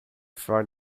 before